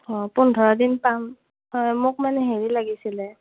অঁ পোন্ধৰ দিন পাম হয় মোক মানে হেৰি লাগিছিল